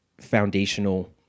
foundational